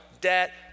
debt